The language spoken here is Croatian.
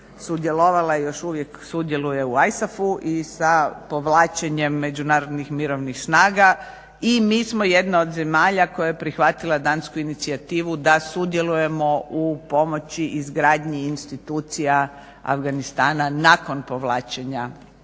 sudjelovala i još uvijek sudjeluje u ISAF-u i sa povlačenjem međunarodnih mirovnih snaga. I mi smo jedna od zemalja koja je prihvatila dansku inicijativu da sudjelujemo u pomoći izgradnji institucija Afganistana nakon povlačenja